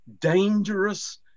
dangerous